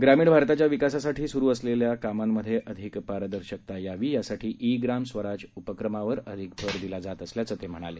ग्रामीण भारताच्या विकासासाठी सुरु असलेल्या कामांमधे अधिक पारदर्शकता यावी यासाठी ई ग्राम स्वराज उपक्रमावर अधिक भर दिला जात असल्याचं ते म्हणाले